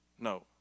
no